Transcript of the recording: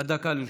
עד דקה לרשותך.